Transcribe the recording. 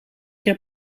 heb